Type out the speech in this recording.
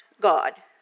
God